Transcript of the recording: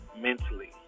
Mentally